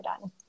done